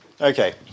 Okay